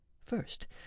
first